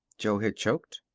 jo had choked.